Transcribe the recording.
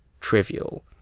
trivial